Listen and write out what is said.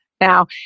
Now